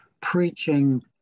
preaching